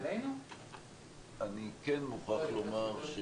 אני כן מוכרח לומר,